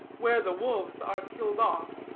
where the wolves are killed off,